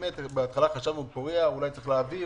בהתחלה חשבנו שהם בפוריה ואולי צריך להעביר אותם,